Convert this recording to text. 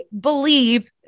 believe